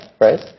right